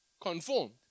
conformed